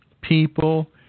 People